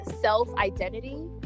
self-identity